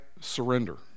surrender